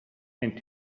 and